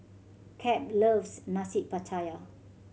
Cap loves Nasi Pattaya